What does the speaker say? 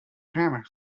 grammar